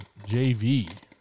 JV